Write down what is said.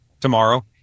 tomorrow